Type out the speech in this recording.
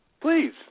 Please